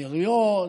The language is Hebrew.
האמירויות,